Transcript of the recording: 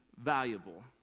valuable